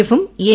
എഫും എൻ